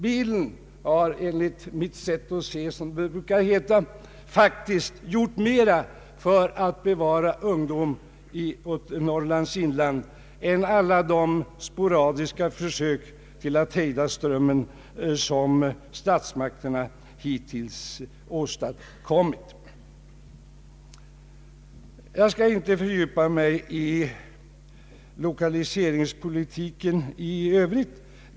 Bilen har enligt mitt sätt att se, som det brukar heta, faktiskt gjort mera för att bevara ungdom åt Norrlands inland än alla de sporadiska försök att hejda strömmen som statsmakterna hittills åstadkommit. Jag skall inte fördjupa mig i lokaliseringspolitiken i övrigt.